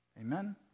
Amen